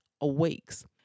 awakes